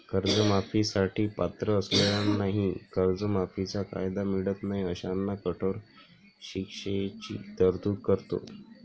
कर्जमाफी साठी पात्र असलेल्यांनाही कर्जमाफीचा कायदा मिळत नाही अशांना कठोर शिक्षेची तरतूद करतो